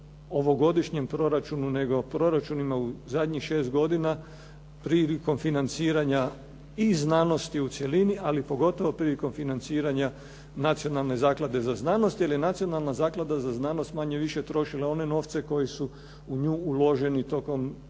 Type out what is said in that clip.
ovogodišnjem proračunu, nego proračunima u zadnjih 6 godina prilikom financiranja i znanosti u cjelini, ali pogotovo prilikom financiranja Nacionalne zaklade za znanost, jer je Nacionalna zaklada za znanost manje-više trošila one novce koji su u nju uloženi tokom